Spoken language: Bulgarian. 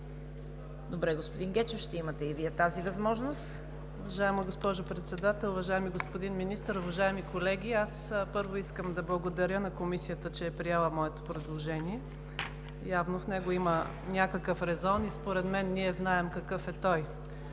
Добре, господин Гечев, и Вие ще имате тази възможност. ДЖЕМА ГРОЗДАНОВА (ГЕРБ): Уважаема госпожо Председател, уважаеми господин Министър, уважаеми колеги! Първо, искам да благодаря на Комисията, че е приела моето предложение. Явно в него има някакъв резон и според мен ние знаем какъв е той.